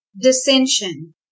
Dissension